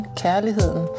kærligheden